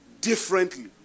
differently